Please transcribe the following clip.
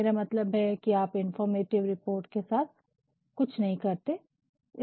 मेरा मतलब है कि आप इन्फोर्मटिव रिपोर्ट के साथ कुछ नहीं करते है